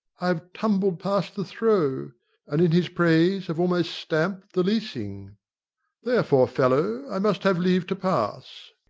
i have tumbled past the throw and in his praise have almost stamp'd the leasing therefore, fellow, i must have leave to pass.